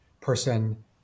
person